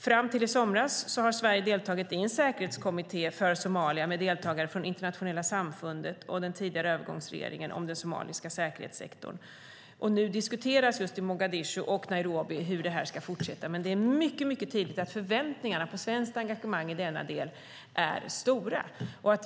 Fram till i somras har Sverige deltagit i en säkerhetskommitté för Somalia med deltagare från Internationella samfundet och den tidigare övergångsregeringen om den somaliska säkerhetssektorn. Nu diskuteras i Mogadishu och Nairobi hur detta ska fortsätta, men det är mycket tydligt att förväntningarna på svenskt engagemang i denna del är stora.